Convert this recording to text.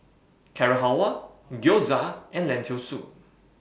Carrot Halwa Gyoza and Lentil Soup